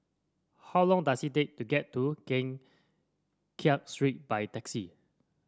how long does it take to get to Keng Kiat Street by taxi